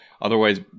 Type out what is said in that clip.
Otherwise